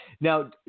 Now